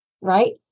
right